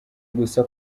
gusa